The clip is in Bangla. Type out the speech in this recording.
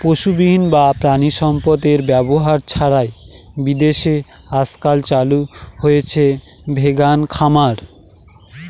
পশুবিহীন বা প্রানীসম্পদ এর ব্যবহার ছাড়াই বিদেশে আজকাল চালু হয়েছে ভেগান খামার